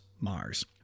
Mars